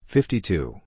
Fifty-two